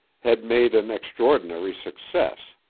had made an extraordinary success.